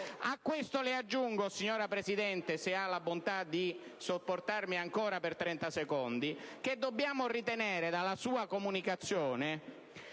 A questo aggiungo, signora Presidente (se hala bontà di sopportarmi ancora per qualche secondo), che dobbiamo ritenere dalla sua comunicazione